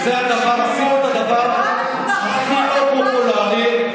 וזה הדבר, עשינו את הדבר הכי לא פופולרי.